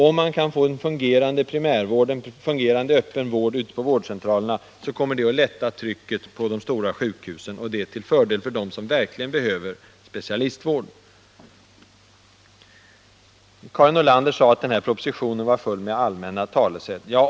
Om man kan få en fungerande primärvård, en fungerande öppenvård på vårdcentralerna, kommer det att lätta trycket på de stora sjukhusen, och det är till fördel för dem som verkligen behöver specialistvård. Karin Nordlander sade att det i propositionen var fullt med allmänna talesätt.